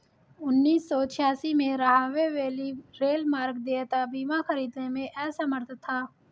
उन्नीस सौ छियासी में, राहवे वैली रेलमार्ग देयता बीमा खरीदने में असमर्थ था